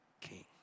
king